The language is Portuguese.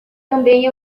também